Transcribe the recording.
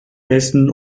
dessen